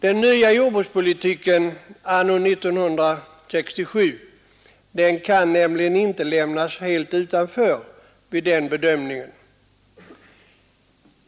Den nya jordbrukspolitiken av anno 1967 kan nämligen inte lämnas helt utanför vid den bedömningen.